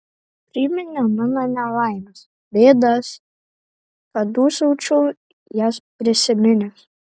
priminė mano nelaimes bėdas kad dūsaučiau jas prisiminęs